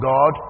God